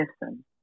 listen